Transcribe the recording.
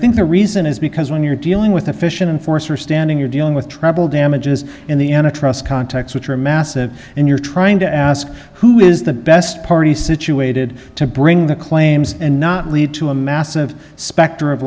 think the reason is because when you're dealing with efficient force or standing you're dealing with treble damages in the end a trust contacts which are massive and you're trying to ask who is the best party situated to bring the claims and not lead to a massive specter of